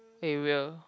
area